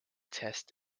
test